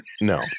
No